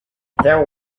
there